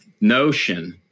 notion